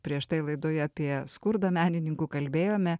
prieš tai laidoj apie skurdą menininkų kalbėjome